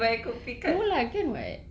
if I could pick up